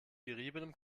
geriebenem